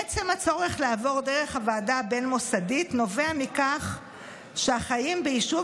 עצם הצורך לעבור דרך הוועדה הבין-מוסדית נובע מכך שהחיים ביישוב